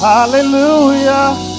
Hallelujah